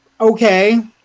okay